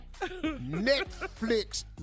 Netflix